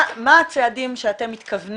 מה הצעדים החדשים שאתם מתכוונים,